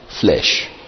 flesh